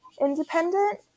independent